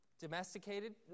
Domesticated